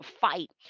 fight